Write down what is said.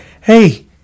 hey